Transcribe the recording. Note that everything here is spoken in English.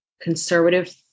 Conservative